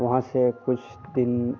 वहाँ से कुछ दिन